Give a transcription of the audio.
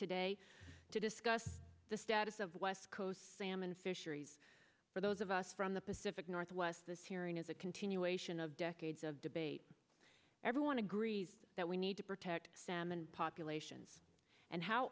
today to discuss the status of west coast salmon fisheries for those of us from the pacific northwest this hearing is a continuation of decades of debate everyone agrees that we need to protect salmon populations and how